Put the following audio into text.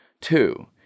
Two